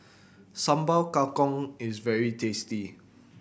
Sambal Kangkong is very tasty